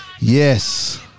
Yes